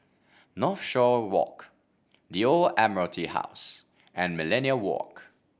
Northshore Walk The Old Admiralty House and Millenia Walk